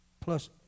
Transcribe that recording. plus